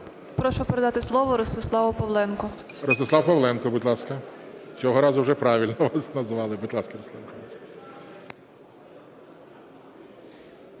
Прошу передати слово Ростиславу Павленку. ГОЛОВУЮЧИЙ. Ростислав Павленко, будь ласка. Цього разу вже правильно вас назвали. Будь ласка, Ростислав.